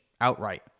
outright